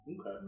Okay